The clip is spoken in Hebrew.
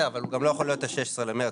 אבל הוא לא יכול להיות ה-16 בדצמבר.